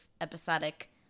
episodic